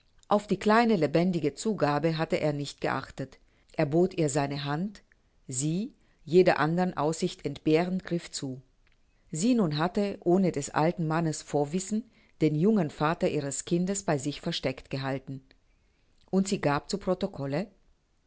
auf die kleine lebendige zugabe hatte er nicht geachtet er bot ihr seine hand sie jeder anderen aussicht entbehrend griff zu sie nun hatte ohne des alten mannes vorwissen den jungen vater ihres kindes bei sich versteckt gehalten und sie gab zu